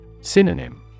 Synonym